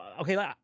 okay